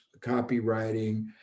copywriting